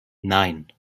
nein